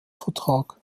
vertrag